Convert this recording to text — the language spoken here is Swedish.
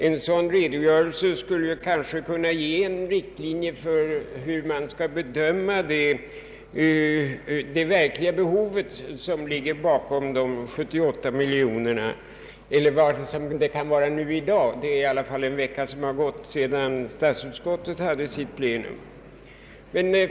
En sådan redogörelse skulle kanske kunna ge en riktlinje för hur man skall bedöma det verkliga behov som ligger bakom de 78 miljonerna — eller vad beloppet kan vara i dag; det har i alla fall gått en vecka sedan statsutskottet hade sitt plenum.